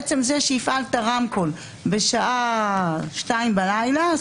כי עצם זה שהפעלת רמקול בשתיים בלילה זה